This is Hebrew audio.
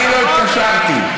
אני לא רוצה אף ועדה.